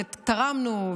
ותרמנו,